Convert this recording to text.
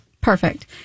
Perfect